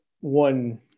one